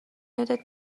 یادت